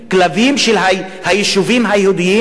כלבים של היישובים היהודיים.